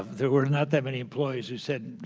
there were not that many employees who said,